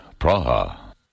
Praha